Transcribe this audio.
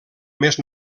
més